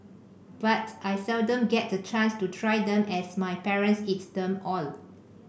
but I seldom get the chance to try them as my parents eat them all